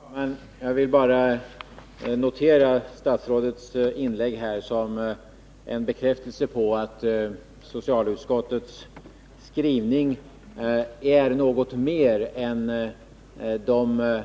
Fru talman! Jag vill bara notera statsrådets inlägg här som en bekräftelse på att socialutskottets skrivning är något mer än de